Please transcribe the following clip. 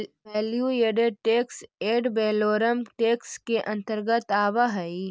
value added tax ad valorem tax के अंतर्गत आवऽ हई